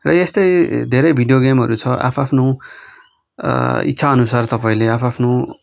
र यस्तै धेरै भिडियो गेमहरू छ आफ् आफ्नो इच्छा अनुसार तपाईँले आफ्आफ्नो